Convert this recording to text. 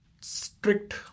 strict